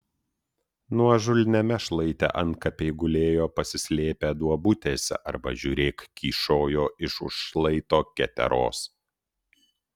nuožulniame šlaite antkapiai gulėjo pasislėpę duobutėse arba žiūrėk kyšojo iš už šlaito keteros